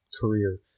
career